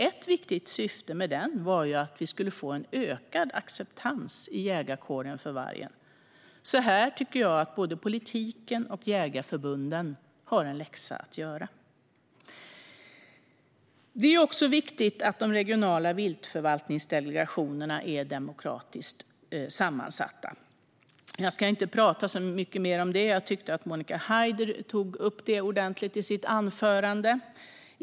Ett viktigt syfte med den var att vi i jägarkåren skulle få en ökad acceptans för vargen. Här har både politiken och jägarförbunden en läxa att göra. Det är också viktigt att de regionala viltförvaltningsdelegationerna är demokratiskt sammansatta. Jag ska inte prata så mycket om det. Jag tyckte att Monica Haider tog upp det ordentligt i sitt anförande.